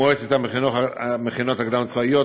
מועצת המכינות הקדם-צבאיות,